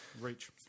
Reach